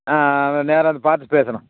ஆ ஆ நேராக வந்து பார்த்து பேசணும்